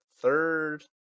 third